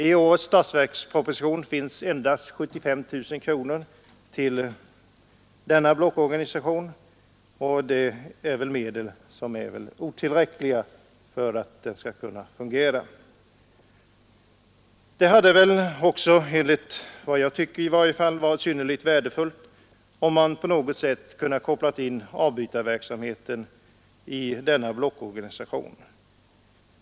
I årets statsverksproposition anvisas endast 75 000 kronor till denna blockorganisation, och dessa medel är otillräckliga för att organisationen skall kunna fungera. Det hade också varit synnerligen värdefullt om man på något sätt kunnat koppla in avbytarverksamheten i denna blockorganisation.